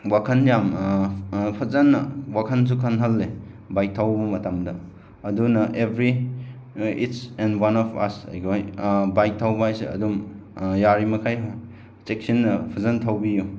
ꯋꯥꯈꯟ ꯌꯥꯝ ꯐꯖꯅ ꯋꯥꯈꯟꯁꯨ ꯈꯟꯍꯜꯂꯦ ꯕꯥꯏꯛ ꯊꯧꯕ ꯃꯇꯝꯗ ꯑꯗꯨꯅ every each and one of us ꯑꯩꯈꯣꯏ ꯕꯥꯏꯛ ꯊꯧꯕ ꯍꯥꯏꯁꯦ ꯑꯗꯨꯝ ꯌꯥꯔꯤꯃꯈꯩ ꯆꯦꯛꯁꯤꯟꯅ ꯐꯖꯅ ꯊꯧꯕꯤꯎ